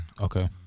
Okay